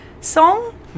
song